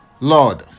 Lord